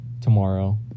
tomorrow